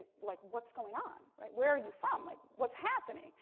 like, what's going on, right, where are you from, like what's happening?